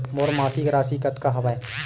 मोर मासिक राशि कतका हवय?